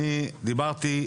אני דיברתי,